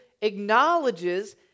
acknowledges